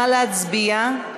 נא להצביע.